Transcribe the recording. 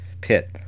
pit